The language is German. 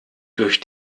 durch